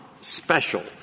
special